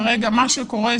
ל.י.: מה שקורה,